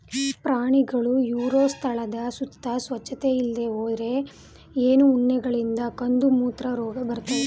ಪ್ರಾಣಿಗಳು ಇರೋ ಸ್ಥಳದ ಸುತ್ತ ಸ್ವಚ್ಚತೆ ಇಲ್ದೇ ಹೋದ್ರೆ ಉಣ್ಣೆ ಹೇನುಗಳಿಂದ ಕಂದುಮೂತ್ರ ರೋಗ ಬರ್ತದೆ